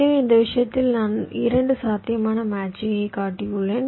எனவே இந்த விஷயத்தில் நான் 2 சாத்தியமான மேட்சிங்கை காட்டியுள்ளேன்